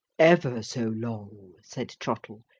ever so long, said trottle.